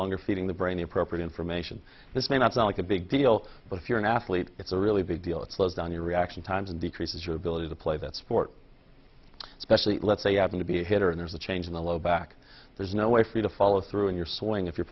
longer feeding the brain appropriate information this may not sound like a big deal but if you're an athlete it's a really big deal it slows down your reaction times and decreases your ability to play that sport especially let's say you happen to be a hitter and there's a change in the low back there's no way for you to follow through in your swing if you're